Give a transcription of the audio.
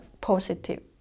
positive